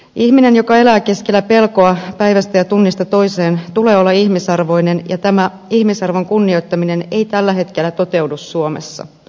ihmisen joka elää keskellä pelkoa päivästä ja tunnista toiseen tulee olla ihmisarvoinen ja tämä ihmisarvon kunnioittaminen ei tällä hetkellä toteudu suomessa